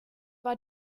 war